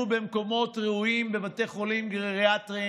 במקומות ראויים בבתי חולים גריאטריים.